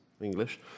English